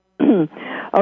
Okay